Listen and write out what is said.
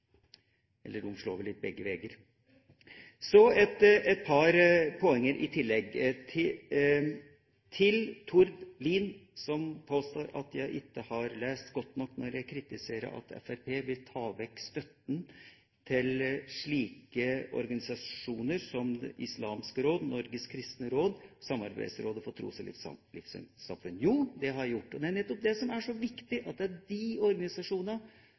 Eller: Den slår vel litt begge veger. Så et par poeng i tillegg. Til Tord Lien, som påstår at jeg ikke har lest godt nok når jeg kritiserer at Fremskrittspartiet vil ta bort støtten til organisasjoner som Islamsk Råd, Norges Kristne Råd og Samarbeidsrådet for tros- og livssynssamfunn: Jo, det har jeg gjort. Det er nettopp det som er så viktig, at de organisasjonene er